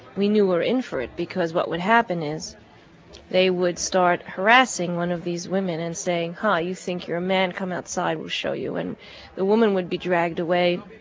we knew were in for it. because what would happen is they would start harassing one of these women and saying, huh, you think you're a man? come outside, we'll show you. and the woman would be dragged away.